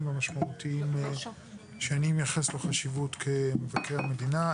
המשמעותיים שאני מייחס לו חשיבות כמבקר המדינה.